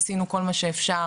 עשינו כל מה שאפשר,